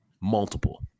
multiple